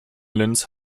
linz